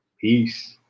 Peace